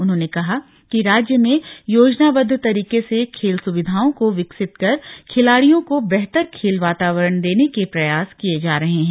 उन्होंने कहा राज्य में योजनाबद्द तरीके से खेल सुविधाओं को विकसित कर खिलाड़ियों को बेहतर खेल वातावरण देने के प्रयास किए जा रहे हैं